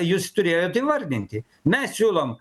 jūs turėjot įvardinti mes siūlom